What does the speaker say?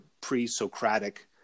pre-Socratic